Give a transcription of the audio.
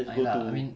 I tak I mean